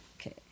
Okay